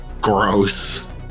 Gross